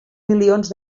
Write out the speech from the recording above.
milions